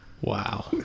Wow